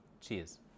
Cheers